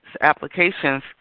applications